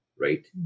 right